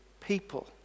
people